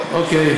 אוקיי,